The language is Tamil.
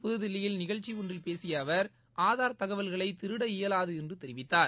புதுதில்லியில் நிகழ்ச்சி ஒன்றில் பேசிய அவர் ஆதார் தகவல்களை திருட இயலாது என்று தெரிவித்தார்